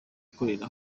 ukorera